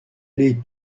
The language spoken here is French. les